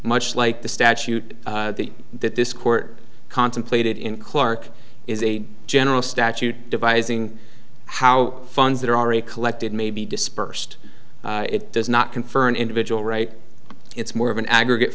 much like the statute that this court contemplated in clark is a general statute devising how funds that are already collected may be dispersed it does not confer an individual right it's more of an aggregate